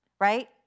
Right